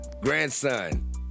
Grandson